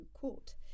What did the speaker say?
court